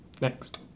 next